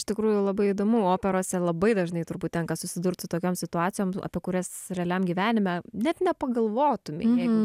iš tikrųjų labai įdomu operose labai dažnai turbūt tenka susidurt su tokiom situacijom apie kurias realiam gyvenime net nepagalvotumei jeigu